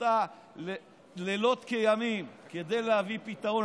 שעשתה לילות כימים כדי להביא פתרון.